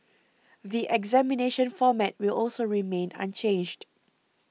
the examination format will also remain unchanged